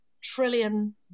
trillion